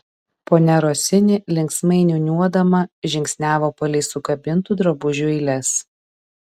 ponia rosini linksmai niūniuodama žingsniavo palei sukabintų drabužių eiles